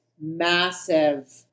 massive